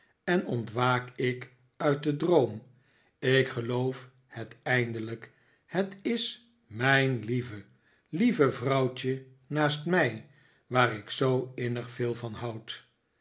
en ontwaak ik uit den droom ik geloof het eindelijk het is mijn lieve lieve vrouwtje naast mij waar ik zoo innig veel van houd